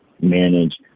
manage